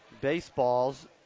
baseballs